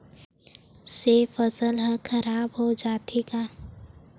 से फसल ह खराब हो जाथे का?